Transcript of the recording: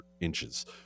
inches